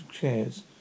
chairs